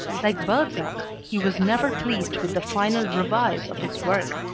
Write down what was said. like balzac he was never pleased with the final revise of his work,